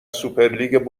سوپرلیگ